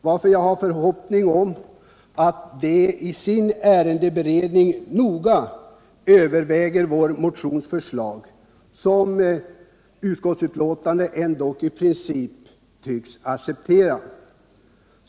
Jag har en förhoppning om att de i sin ärendeberedning noga skall överväga vår motions förslag, som utskottets betänkande dock i princip tycks acceptera.